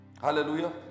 Hallelujah